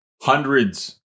Hundreds